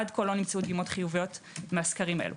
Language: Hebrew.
עד כה לא נמצאו דגימת חיוביות מהסקרים האלה.